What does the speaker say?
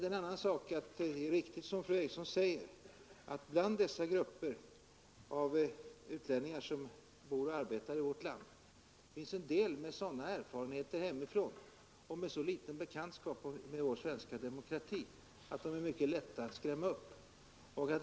Det är riktigt som fru Eriksson säger att det bland de grupper av utlänningar som bor och arbetar i vårt land finns en del med sådana erfarenheter hemifrån och med så liten bekantskap med vår svenska demokrati att de är mycket lätta att skrämma upp.